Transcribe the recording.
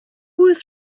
was